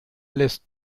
lässt